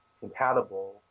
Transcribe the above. compatible